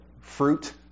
fruit